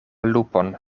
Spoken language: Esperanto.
lupon